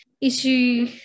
issue